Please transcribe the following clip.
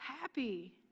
happy